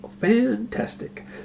fantastic